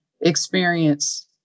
experience